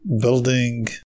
building